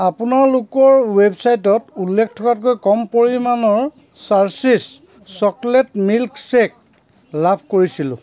আপোনালোকৰ ৱেবচাইটত উল্লেখ থকাতকৈ কম পৰিমাণৰ চাৰ্সীছ চকলেট মিল্ক শ্বেক লাভ কৰিছিলোঁ